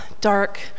dark